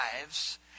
lives